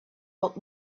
old